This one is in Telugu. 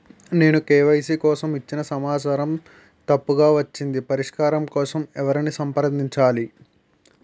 నేను కే.వై.సీ కోసం ఇచ్చిన సమాచారం తప్పుగా వచ్చింది పరిష్కారం కోసం ఎవరిని సంప్రదించాలి?